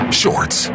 shorts